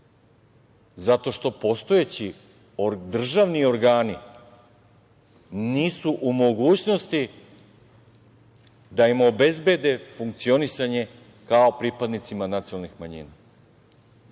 zato što postojeći državni organi nisu u mogućnosti da im obezbede funkcionisanje kao pripadnicima nacionalnih manjina.